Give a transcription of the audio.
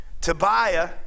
Tobiah